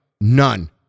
none